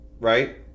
right